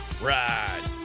ride